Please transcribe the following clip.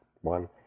one